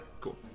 Cool